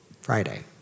Friday